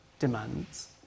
demands